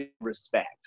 respect